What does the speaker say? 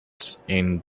sunshine